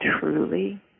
truly